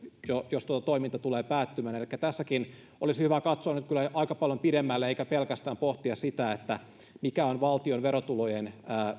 jos toiminta tulee päättymään elikkä tässäkin olisi hyvä katsoa nyt kyllä aika paljon pidemmälle eikä pelkästään pohtia sitä mikä on valtion verotulojen